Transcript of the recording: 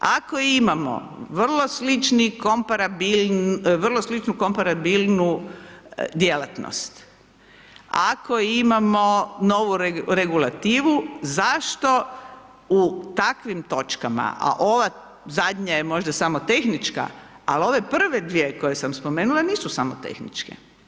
Ako imamo vrlo slični komparabilni, vrlo sličnu komparabilnu djelatnost, ako imamo novu regulativu, zašto u takvim točkama, a ova zadnja je možda samo tehnička, ali ove prve dvije koje sam spomenula, nisu samo tehničke.